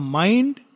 mind